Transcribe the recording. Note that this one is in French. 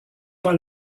pas